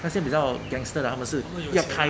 那些比较 gangster lah 他们是要开就开很多要开一开他们不管 business 好不好 just 开